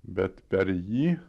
bet per jį